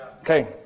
Okay